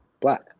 black